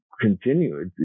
continue